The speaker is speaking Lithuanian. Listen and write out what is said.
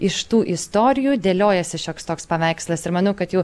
iš tų istorijų dėliojasi šioks toks paveikslas ir manau kad jau